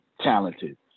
talented